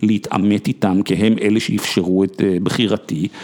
להתעמת איתם כי הם אלה שאפשרו את בחירתי.